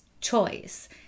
choice